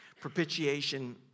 Propitiation